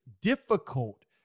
difficult